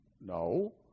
No